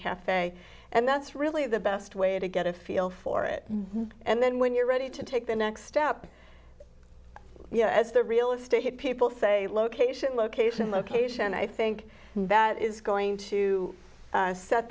cafe and that's really the best way to get a feel for it and then when you're ready to take the next step yeah as the real estate people say location location location i think that is going to